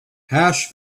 hash